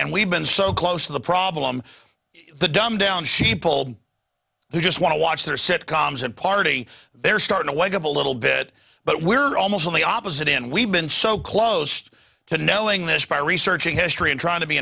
and we've been so close to the problem the dumbed down sheeple who just want to watch their sitcoms and party they're starting to wake up a little bit but we're almost on the opposite end we've been so close to knowing this by researching history and trying to be